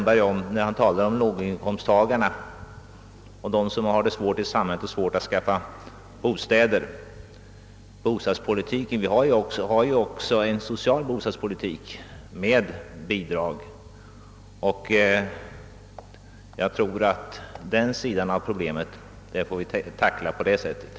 Beträffande låginkomsttagarna och andra som har det svårt att skaffa bostäder vill jag bara påminna herr Lundberg om att vi ju också har en social bostadspolitik med bidrag. Den delen av problemet måste nog lösas bidragsvägen.